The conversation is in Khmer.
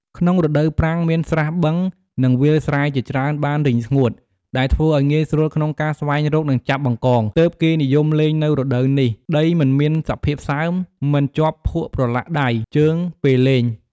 ក្នុងរដូវប្រាំង មានស្រះបឹង និងវាលស្រែជាច្រើនបានរីងស្ងួត ដែលធ្វើឱ្យងាយស្រួលក្នុងការស្វែងរក និងចាប់បង្កង ទើបគេនិយមលេងនៅរដូវនេះ ដីមិនមានសភាពសើម មិនជាប់ភក់ប្រទ្បាក់ដៃ ជើង ពេលលេង។